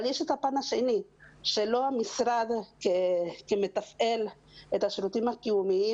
אבל יש את הפן השני שלא המשרד כמתפעל את השירותים הקיומיים